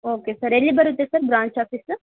okay sir ಎಲ್ಲಿ ಬರುತ್ತೆ sir branch office